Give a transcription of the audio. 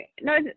no